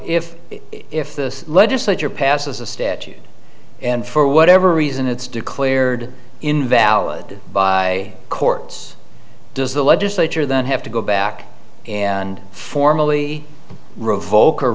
if if the legislature passes a statute and for whatever reason it's declared invalid by courts does the legislature that have to go back and formally revoke or